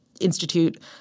institute